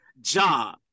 job